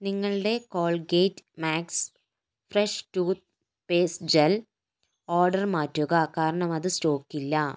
നിങ്ങളുടെ Colgate max fresh toothpaste gel order മാറ്റുക കാരണം അത് സ്റ്റോക്കില്ല